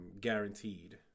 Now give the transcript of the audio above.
guaranteed